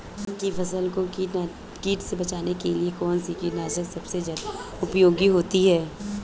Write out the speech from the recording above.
जायद की फसल को कीट से बचाने के लिए कौन से कीटनाशक सबसे ज्यादा उपयोगी होती है?